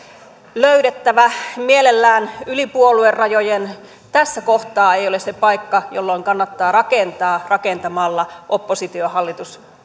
löydettävä mielellään yli puoluerajojen tässä kohtaa ei ole se paikka jolloin kannattaa rakentaa rakentamalla oppositio hallitus